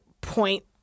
point